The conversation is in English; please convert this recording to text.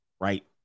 right